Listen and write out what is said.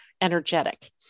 energetic